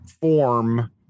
form